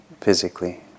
physically